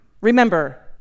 Remember